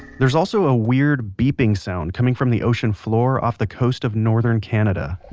there's also a weird beeping sound coming from the ocean floor off the coast of northern canada.